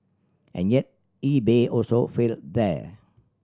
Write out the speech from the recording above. and yet eBay also failed there